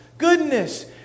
Goodness